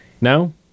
No